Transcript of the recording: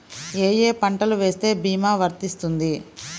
ఏ ఏ పంటలు వేస్తే భీమా వర్తిస్తుంది?